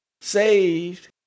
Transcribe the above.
saved